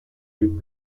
dig